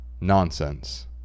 Nonsense